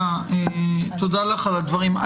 תודה לך על הדברים.